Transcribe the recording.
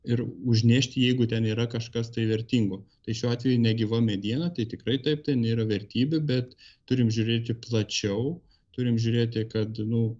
ir užnešti jeigu ten yra kažkas tai vertingo tai šiuo atveju negyva mediena tai tikrai taip tai nėra vertybė bet turim žiūrėti plačiau turim žiūrėti knuad